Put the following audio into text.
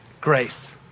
grace